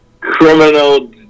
Criminal